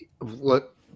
look